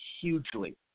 hugely